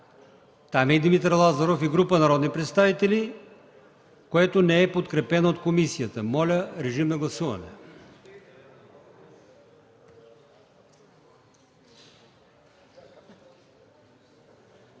Менда Стоянова и група народни представители, което не е подкрепено от комисията. Моля, режим на гласуване.